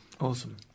Awesome